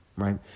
right